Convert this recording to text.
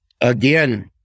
again